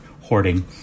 hoarding